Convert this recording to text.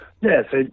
Yes